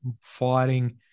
fighting